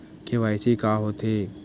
KYC का होथे?